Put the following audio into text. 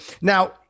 now